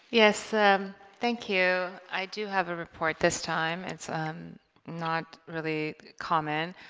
yes um thank you i do have a report this time it's um not really common